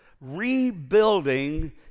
Rebuilding